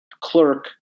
clerk